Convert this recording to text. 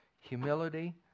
humility